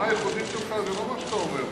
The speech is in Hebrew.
התרומה הייחודית שלך זה לא מה שאתה אומר פה.